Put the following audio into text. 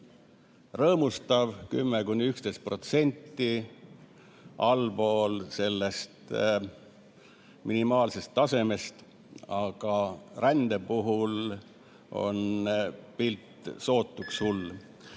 rõõmustav, 10–11% allpool minimaalsest tasemest, aga rände puhul on pilt sootuks hull.